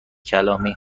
کلامی